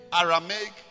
Aramaic